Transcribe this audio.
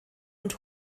und